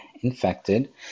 infected